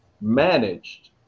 managed